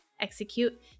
execute